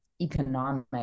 economic